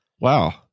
Wow